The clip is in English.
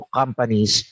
companies